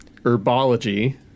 Herbology